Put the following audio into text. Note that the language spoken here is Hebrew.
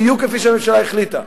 בדיוק כפי שהממשלה החליטה.